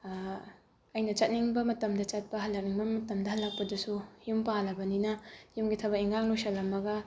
ꯑꯩꯅ ꯆꯠꯅꯤꯡꯕ ꯃꯇꯝꯗ ꯆꯠꯄ ꯍꯜꯂꯛꯅꯤꯡꯕ ꯃꯇꯝꯗ ꯍꯜꯂꯛꯄꯗꯨꯁꯨ ꯌꯨꯝ ꯄꯥꯜꯂꯕꯅꯤꯅ ꯌꯨꯝꯒꯤ ꯊꯕꯛ ꯏꯪꯈꯥꯡ ꯂꯣꯏꯁꯜꯂꯝꯃꯒ